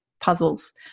puzzles